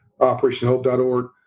operationhope.org